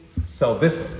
salvific